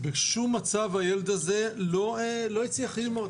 בשום מצב הילד הזה לא הצליח ללמוד.